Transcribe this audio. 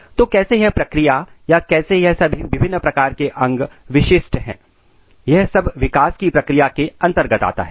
तो कैसे यह सभी प्रक्रियाएं या कैसे यह सभी विभिन्न प्रकार के अंग विशिष्ट है यह सब विकास की प्रक्रिया के अंतर्गत आता है